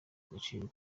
agaciro